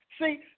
See